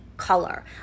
color